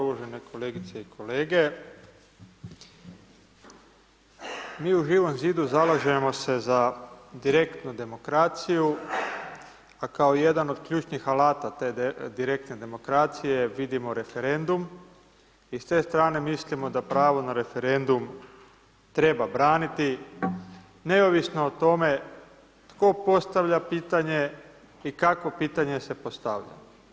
Uvažene kolegice i kolege, mi u Živom zidu zalažemo se za direktnu demokraciju a kao jedan od ključnih alata te direktne demokracije vidimo referendum i s te strane mislimo da pravo na referendum treba braniti neovisno o tome tko postavlja pitanje i kakvo pitanje se postavlja.